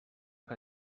que